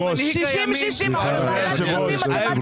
יש עוד כמה מפלגות